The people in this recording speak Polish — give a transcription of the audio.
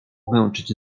męczyć